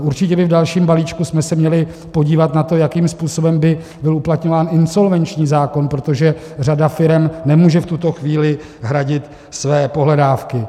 Určitě bychom se v dalším balíčku měli podívat na to, jakým způsobem by byl uplatňován insolvenční zákon, protože řada firem nemůže v tuto chvíli hradit své pohledávky.